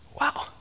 wow